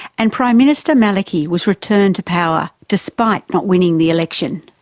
and prime minister maliki was returned to power, despite not winning the election.